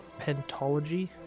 pentology